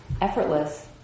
effortless